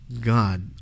God